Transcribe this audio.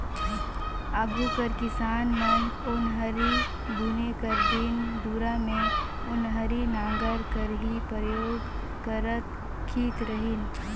आघु कर किसान मन ओन्हारी बुने कर दिन दुरा मे ओन्हारी नांगर कर ही परियोग करत खित रहिन